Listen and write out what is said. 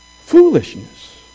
foolishness